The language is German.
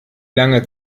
lange